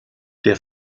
der